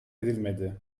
edilmedi